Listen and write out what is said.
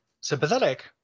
sympathetic